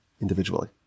individually